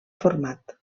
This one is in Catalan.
format